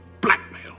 Blackmail